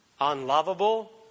unlovable